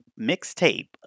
mixtape